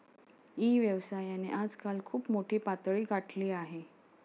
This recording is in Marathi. ई व्यवसायाने आजकाल खूप मोठी पातळी गाठली आहे